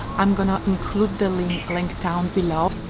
i'm gonna include the link link down below.